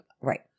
Right